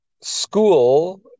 school